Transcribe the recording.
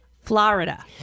florida